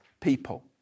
people